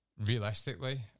Realistically